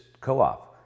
co-op